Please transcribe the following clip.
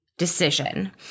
decision